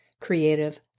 creative